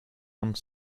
one